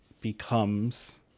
becomes